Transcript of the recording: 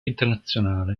internazionale